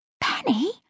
Penny